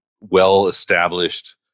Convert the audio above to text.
well-established